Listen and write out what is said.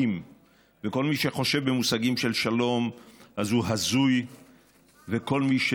או תכה אזרחים או תהרוג אזרחים כמו שהיא